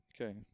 okay